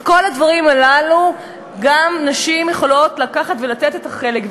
את כל הדברים הללו גם נשים יכולות לקחת ולתת את החלק.